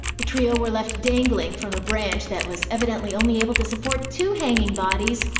the trio were left dangling from a branch that was evidently only able to support two hanging bodies,